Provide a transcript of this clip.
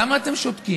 למה אתם שותקים?